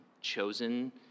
chosen